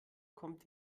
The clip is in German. kommt